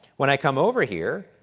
when i come over here,